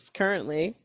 currently